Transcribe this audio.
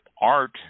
art